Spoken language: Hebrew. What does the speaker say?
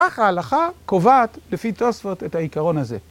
כך ההלכה קובעת לפי תוספות את העיקרון הזה.